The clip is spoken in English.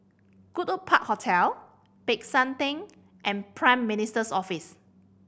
Goodwood Park Hotel Peck San Theng and Prime Minister's Office